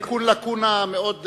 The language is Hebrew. זה תיקון לקונה מאוד חשוב.